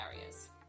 areas